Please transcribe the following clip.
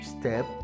step